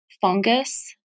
fungus